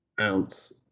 ounce